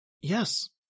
Yes